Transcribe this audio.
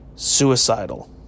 Suicidal